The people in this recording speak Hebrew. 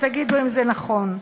ותגידו אם זה נכון.